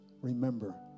remember